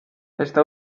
está